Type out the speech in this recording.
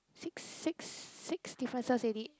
six six six differences already